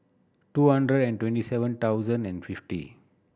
two hundred and twenty seven thousand and fifty